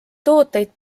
tooteid